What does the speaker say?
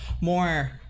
More